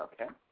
Okay